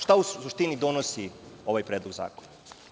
Šta u suštini donosi ovaj Predlog zakona?